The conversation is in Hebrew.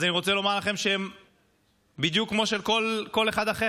אז אני רוצה לומר לכם שהם בדיוק כמו של כל אחד אחר.